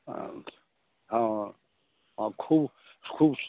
हॅं खुब खुब